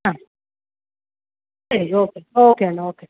ആ ശരി okay okay എന്നാൽ ഓക്കെ